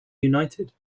united